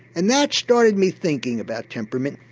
and that started me thinking about temperament.